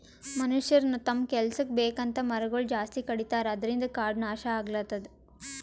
ಮನಷ್ಯರ್ ತಮ್ಮ್ ಕೆಲಸಕ್ಕ್ ಬೇಕಂತ್ ಮರಗೊಳ್ ಜಾಸ್ತಿ ಕಡಿತಾರ ಅದ್ರಿನ್ದ್ ಕಾಡ್ ನಾಶ್ ಆಗ್ಲತದ್